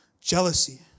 Jealousy